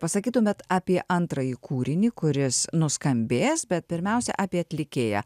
pasakytumėt apie antrąjį kūrinį kuris nuskambės bet pirmiausia apie atlikėją